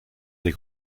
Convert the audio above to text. des